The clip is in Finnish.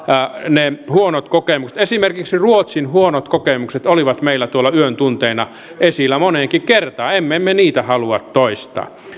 ne huonot kokemukset naapurimaissa esimerkiksi ruotsin huonot kokemukset olivat meillä tuolla yön tunteina esillä moneenkin kertaan emme me niitä halua toistaa